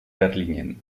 berlinen